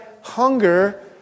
hunger